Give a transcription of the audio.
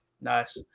Nice